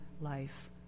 life